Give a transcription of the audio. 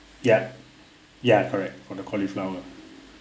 yup ya correct for the cauliflower